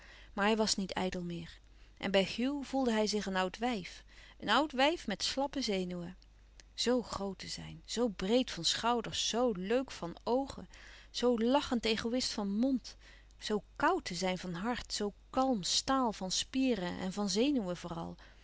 maar hij was niet ijdel meer en bij hugh voelde hij zich een oudwijf een oud wijf met slappe zenuwen z groot te zijn z breed van schouders z leuk van oogen zoo lachend egoïst van mond zoo koud te zijn van hart zoo kalm staal van spieren en van zenuwen vooral